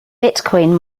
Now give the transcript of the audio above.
bitcoin